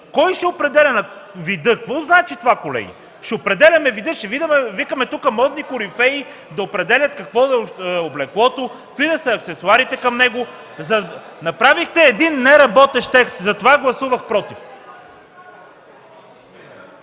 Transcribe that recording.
Кой ще определя вида? Какво значи това, колеги? Ще определяме вида, ще викаме тук модни корифеи да определят какво да е облеклото, какви да са аксесоарите към него. Направихте един неработещ текст. Затова гласувах „против”.